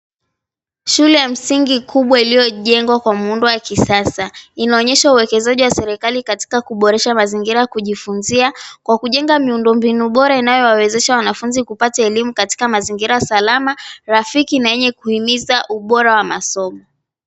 Shule ya msingi kubwa iliyojengwa kwa muundo wa kisasa, inaonyesha uwekezaji wa serikali katika kuboresha mazingira ya kujifunzia kwa kujenga miundo mbinu bora inayowawezesha wanafunzi kupata elimu katika mazingira salama, rafiki, na yenye kuhimiza ubora wa masomo.